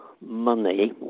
money